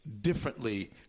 differently